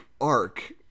arc